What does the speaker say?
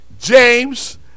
James